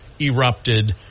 erupted